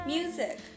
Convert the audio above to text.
Music